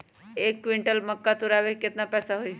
एक क्विंटल मक्का तुरावे के केतना पैसा होई?